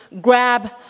grab